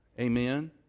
Amen